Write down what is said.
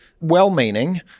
well-meaning